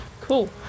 cool